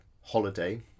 holiday